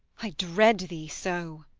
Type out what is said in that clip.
i dread thee, so.